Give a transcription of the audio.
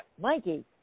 Mikey